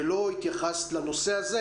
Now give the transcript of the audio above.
ולא התייחסת לנושא הזה.